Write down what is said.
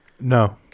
No